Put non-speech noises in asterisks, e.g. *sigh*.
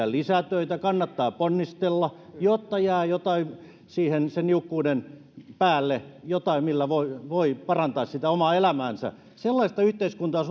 *unintelligible* lisätöitä kannattaa ponnistella jotta jää jotain sen niukkuuden päälle jotain millä voi voi parantaa omaa elämäänsä sellaista yhteiskuntaa *unintelligible*